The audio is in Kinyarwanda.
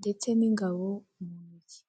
ndetse n'ubururu wambaye n'ingoferoy'umukara ndetse n'umutuku.